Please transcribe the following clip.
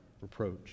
reproach